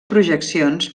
projeccions